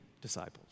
disciples